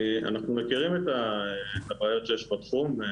אנחנו מכירים את הבעיות שיש בתחום.